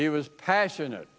he was passionate